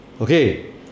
Okay